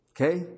Okay